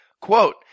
Quote